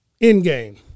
Endgame